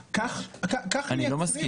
והיא גם לא תשב בפעם --- אני לא מסכים.